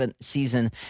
season